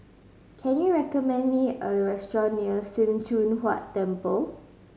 can you recommend me a restaurant near Sim Choon Huat Temple